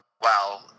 wow